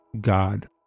God